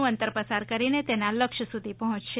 નું અંતર પસાર કરીને તેના લક્ષ્ય સુધી પહોંચશે